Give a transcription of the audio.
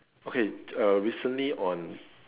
okay uh recently on